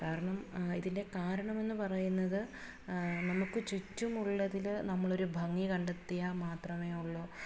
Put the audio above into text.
കാരണം ഇതിൻ്റെ കാരണമെന്ന് പറയുന്നത് നമുക്ക് ചുറ്റുമുള്ളതിൽ നമ്മളൊരു ഭംഗി കണ്ടെത്തിയാൽ മാത്രമേ ഉള്ളു